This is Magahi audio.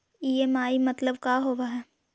ई.एम.आई मतलब का होब हइ?